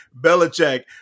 Belichick